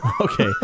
Okay